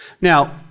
Now